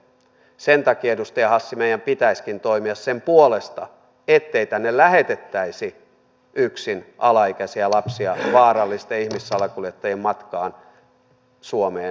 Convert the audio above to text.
sen takia edustaja hassi meidän pitäisikin toimia sen puolesta ettei tänne lähetettäisi yksin alaikäisiä lapsia vaarallisten ihmissalakuljettajien matkaan suomeen